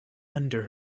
under